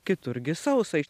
kitur gi sausa